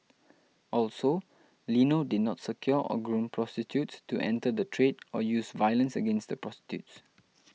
also Lino did not secure or groom prostitutes to enter the trade or use violence against the prostitutes